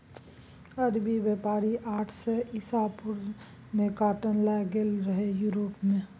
अरबी बेपारी आठ सय इसा पूर्व मे काँटन लए गेलै रहय युरोप मे